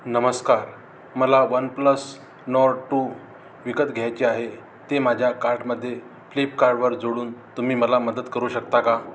नमस्कार मला one plus Nord two विकत घ्यायचे आहे ते माझ्या कार्टमध्ये फ्लिपकार्डवर जोडून तुम्ही मला मदत करू शकता का